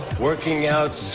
working out